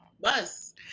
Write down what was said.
bus